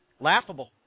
Laughable